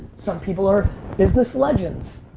some people are business legends.